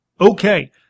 Okay